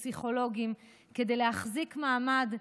פסיכולוגיים, כדי להחזיק מעמד,